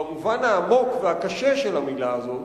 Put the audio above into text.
במובן העמוק והקשה של המלה הזאת,